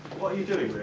what are you doing,